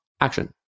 action